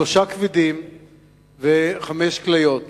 שלושה כבדים וחמש כליות.